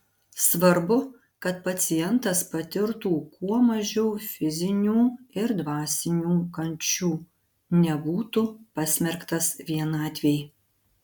svarbu kad pacientas patirtų kuo mažiau fizinių ir dvasinių kančių nebūtų pasmerktas vienatvei